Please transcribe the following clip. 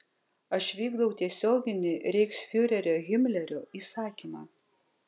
aš vykdau tiesioginį reichsfiurerio himlerio įsakymą